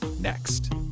next